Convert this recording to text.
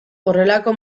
horrelako